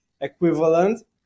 equivalent